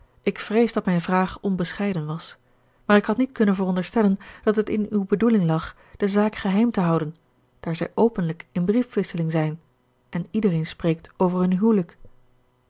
ik vrees dat mijn vraag onbescheiden was maar ik had niet kunnen veronderstellen dat het in uwe bedoeling lag de zaak geheim te houden daar zij openlijk in briefwisseling zijn en iedereen spreekt over hun huwelijk